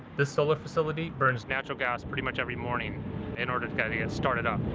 this solar facility burns natural gas pretty much every morning in order to get it started up.